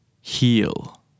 heal